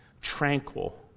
tranquil